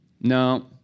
no